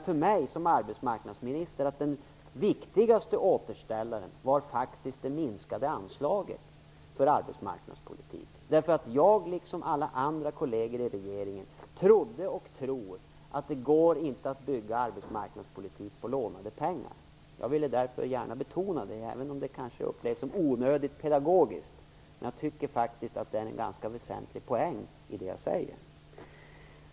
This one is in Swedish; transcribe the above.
För mig som arbetsmarknadsminister var faktiskt den viktigaste återställaren det minskade anslaget för arbetsmarknadspolitiken, därför att jag liksom alla andra kolleger i regeringen trodde och tror att det inte går att bygga arbetsmarknadspolitik med lånade pengar. Jag vill gärna betona detta, även om det kanske upplevs som onödigt pedagogiskt. Men jag tycker faktiskt att det ligger en ganska väsentlig poäng i det jag säger.